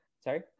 sorry